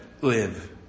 live